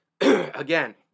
again